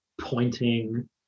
pointing